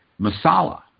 Masala